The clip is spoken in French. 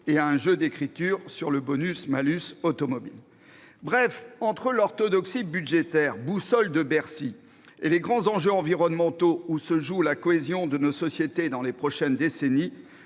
et à un jeu d'écriture sur le bonus-malus automobile. En d'autres termes, entre l'orthodoxie budgétaire, boussole de Bercy, et les grands enjeux environnementaux, où se joue la cohésion de nos sociétés dans les prochaines décennies,